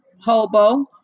hobo